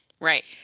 Right